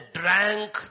drank